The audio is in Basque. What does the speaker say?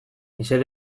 ezer